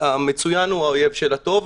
המצוין הוא האויב של הטוב.